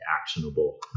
actionable